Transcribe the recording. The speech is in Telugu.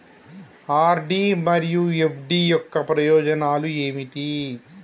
ఆర్.డి మరియు ఎఫ్.డి యొక్క ప్రయోజనాలు ఏంటి?